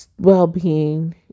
well-being